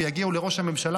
ויגיעו לראש הממשלה,